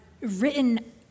written